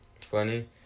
funny